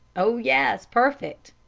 oh, yes! perfect.